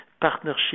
partnership